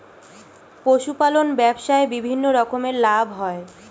পশুপালন ব্যবসায় বিভিন্ন রকমের লাভ হয়